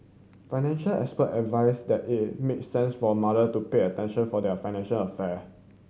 financial expert advised it make sense for mother to pay attention for their financial affair